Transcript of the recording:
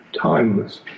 timeless